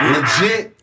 Legit